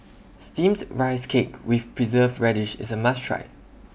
Steamed Rice Cake with Preserved Radish IS A must Try